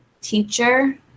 teacher